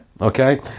Okay